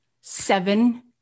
seven